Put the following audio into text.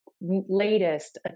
latest